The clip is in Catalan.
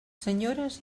senyores